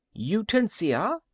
Utensia